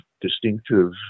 distinctive